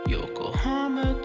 Yokohama